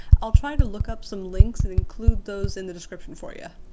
i'll try to look up some links and include those in the description for you.